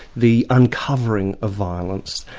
the uncovering of violence.